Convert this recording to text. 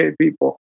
people